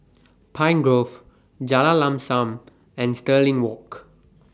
Pine Grove Jalan Lam SAM and Stirling Walk